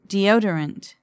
Deodorant